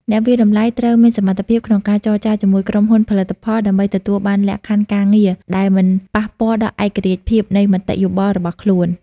អ្នកវាយតម្លៃត្រូវមានសមត្ថភាពក្នុងការចរចាជាមួយក្រុមហ៊ុនផលិតផល ដើម្បីទទួលបានលក្ខខណ្ឌការងារដែលមិនប៉ះពាល់ដល់ឯករាជ្យភាពនៃមតិយោបល់របស់ខ្លួន។